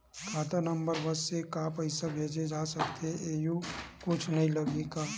खाता नंबर बस से का पईसा भेजे जा सकथे एयू कुछ नई लगही का?